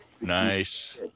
Nice